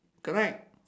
correct